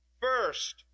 first